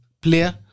player